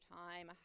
time